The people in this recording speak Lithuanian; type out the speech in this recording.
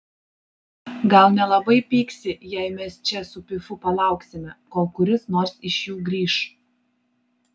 gal nelabai pyksi jei mes čia su pifu palauksime kol kuris nors iš jų grįš